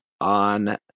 on